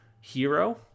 hero